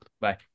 Bye